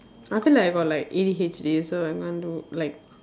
I feel like I got like A_D_H_D so I won't do like